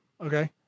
Okay